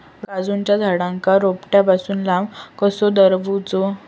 काजूच्या झाडांका रोट्या पासून लांब कसो दवरूचो?